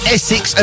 Essex